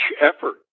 effort